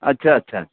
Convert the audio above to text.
अच्छा अच्छा